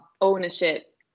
ownership